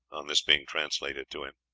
on this being translated to him,